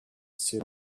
sit